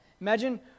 Imagine